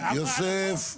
יוסף.